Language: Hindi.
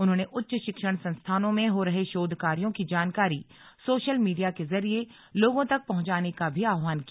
उन्होंने उच्च शिक्षण संस्थानों में हो रहे शोध कार्यों की जानकारी सोशल मीडिया के जरिए लोगों तक पहुंचाने का भी आह्वान किया